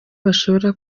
bashobora